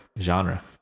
Genre